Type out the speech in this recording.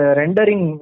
rendering